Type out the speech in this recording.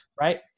right